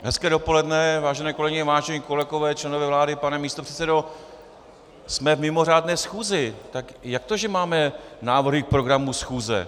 Hezké dopoledne, vážené kolegyně, vážení kolegové, členové vlády, pane místopředsedo, jsme v mimořádné schůzi, tak jak to, že máme návrhy k programu schůze?